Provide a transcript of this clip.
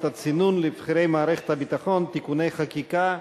הצינון לבכירי מערכת הביטחון (תיקוני חקיקה),